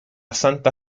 santa